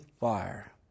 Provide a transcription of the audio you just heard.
fire